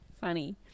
funny